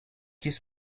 his